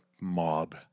Mob